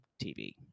TV